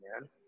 man